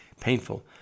painful